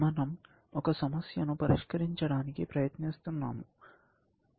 మనం ఒక సమస్యను పరిష్కరించడానికి ప్రయత్నిస్తునామ్ము